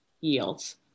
yields